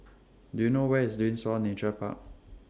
Do YOU know Where IS Windsor Nature Park